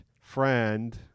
friend